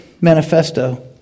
Manifesto